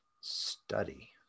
study